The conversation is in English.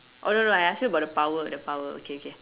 oh no no no I asked you about the power the power okay okay